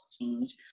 change